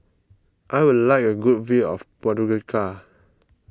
I would like a good view of Podgorica